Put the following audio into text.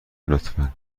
لطفا